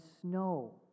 snow